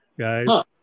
guys